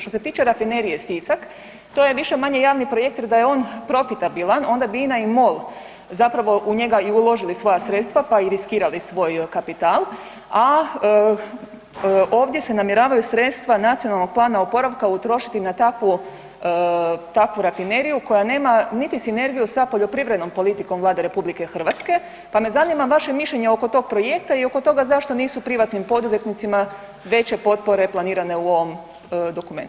Što se tiče Rafinerije Sisak, to je više-manje javni projekt jer da je on profitabilan, onda bi INA i MOL zapravo u njega i uložili svoja sredstva pa i riskirali svoj kapital, a ovdje se namjeravaju sredstva Nacionalnog plana oporavka utrošiti na takvu rafineriju koja nema niti sinergiju sa poljoprivrednom politikom Vlade RH, pa me zanima vaše mišljenje oko tog projekta i oko toga zašto nisu privatnim poduzetnicima veće potpore planirane u ovom dokumentu.